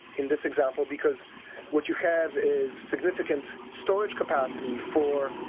in this example because what you have is significant storage capacity for,